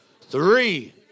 Three